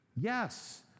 Yes